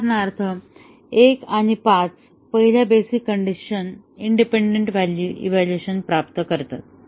उदाहरणार्थ 1 आणि 5 पहिल्या basic condition independent value evaluation प्राप्त करतात